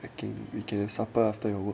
I think we can have supper after your work